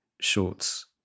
shorts